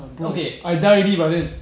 I'm broke I die already by then